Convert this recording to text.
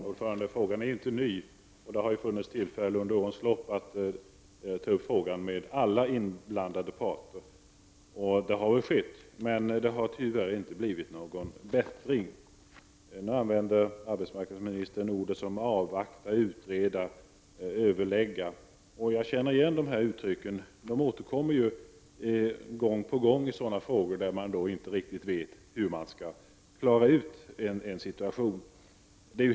Herr talman! Frågan är inte ny, och det har funnits tillfällen under årens lopp att ta upp frågan med alla inblandade parter. Detta har skett, men det har tyvärr inte blivit någon bättring. Nu använder arbetsmarknadsministern ord som avvakta, utreda och överlägga. Jag känner igen uttrycken. De återkommer gång på gång i sådana frågor där man inte riktigt vet hur man skall klara ut en situation.